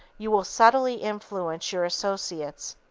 you will subtly influence your associates.